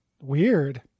weird